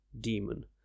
demon